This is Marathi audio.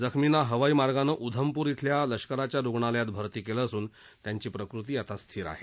जखमींना हवाई मार्गानं उधमपूर इथल्या लष्कराच्या रुग्णालयात भरती केलं असून त्यांची प्रकृती आता स्थिर आहे